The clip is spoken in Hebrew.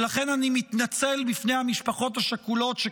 ולכן אני מתנצל בפני המשפחות השכולות,